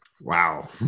Wow